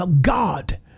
God